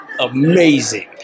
amazing